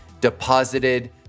deposited